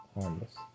Harmless